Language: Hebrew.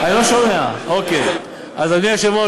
אדוני היושב-ראש,